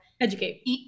educate